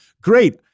great